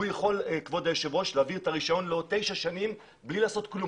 הוא יכול להעביר את הרישיון לעוד תשע שנים בלי לעשות כלום.